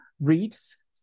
reads